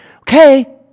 Okay